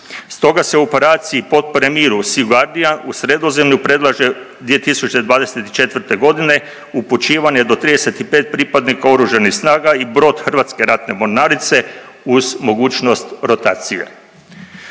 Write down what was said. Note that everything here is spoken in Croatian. Stoga se u operaciji potpore miru SEA GUARDIAN u Sredozemlju predlaže 2024.g. upućivanje do 35 pripadnika oružanih snaga i brod Hrvatske ratne mornarice uz mogućnost rotacije.